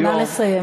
נא לסיים.